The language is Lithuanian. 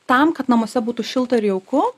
tam kad namuose būtų šilta ir jauku